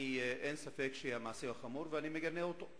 אין ספק שהמעשה הוא חמור ואני מגנה אותו.